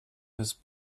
his